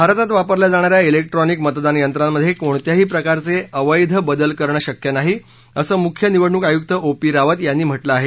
भारतात वापरल्या जाणाऱ्या क्रिक्ट्रॉनिक मतदान यंत्रांमध्ये कोणत्याही प्रकारचे अवैध बदल करणं शक्य नाही असं मुख्य निवडणूक आयुक्त ओ पी रावत यांनी म्हटलं आहे